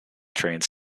trains